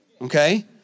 okay